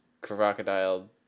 crocodile